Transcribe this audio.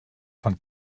von